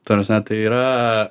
ta prasme tai yra